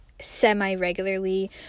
semi-regularly